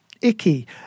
icky